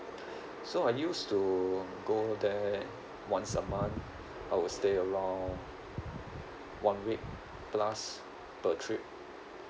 so I used to go there once a month I would stay around one week plus per trip